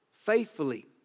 Faithfully